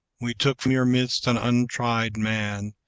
we took from your midst an untried man,